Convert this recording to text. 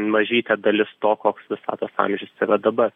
mažytė dalis to koks visatos amžius yra dabar